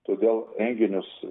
todėl renginius